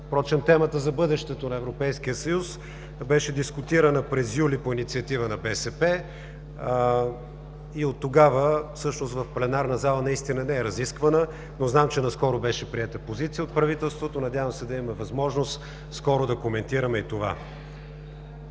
съюз. Темата за бъдещето на Европейския съюз беше дискутирана през юли по инициатива на БСП и оттогава всъщност в пленарната зала наистина не е разисквана, но знам, че наскоро беше приета позиция от правителството, надявам се да имаме възможност скоро да коментираме и това.